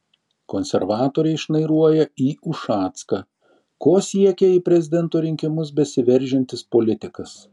konservatoriai šnairuoja į ušacką ko siekia į prezidento rinkimus besiveržiantis politikas